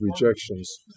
rejections